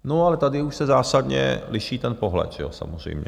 No ale tady už se zásadně liší ten pohled, samozřejmě.